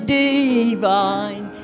divine